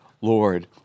Lord